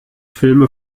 filme